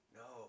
no